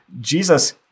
Jesus